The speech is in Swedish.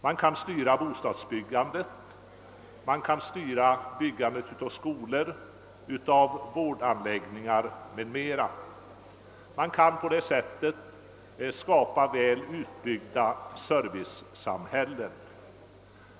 Man kan styra bostadsbyggandet, byggandet av skolor, vårdanläggningar m.m. och på så sätt skapa väl utbyggda servicesamhällen.